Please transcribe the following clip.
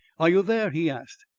are you there? he asked.